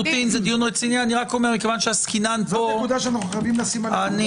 זו נקודה שיש לשים עליה דגש.